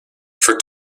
for